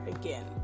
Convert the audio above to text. again